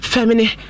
Feminine